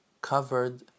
covered